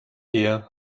ehe